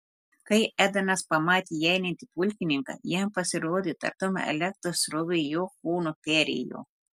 kai edenas pamatė įeinantį pulkininką jam pasirodė tartum elektros srovė jo kūnu perėjo